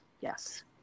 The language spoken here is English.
Yes